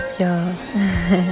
y'all